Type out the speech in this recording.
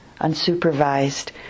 Unsupervised